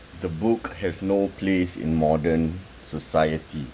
the book has no place in modern societ~